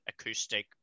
acoustic